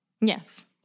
Yes